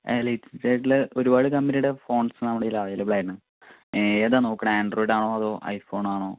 ആ ലേയ്റ്റസ്റ്റായിട്ടുള്ള ഒരുപാട് കമ്പനീടെ ഫോൺസ് നമ്മുടെ കയ്യില് അവൈലബിളാണ് ഏതാ നോക്കണത് ആൻഡ്രോയിഡാണോ അതോ ഐഫോണാണോ